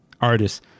artists